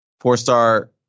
four-star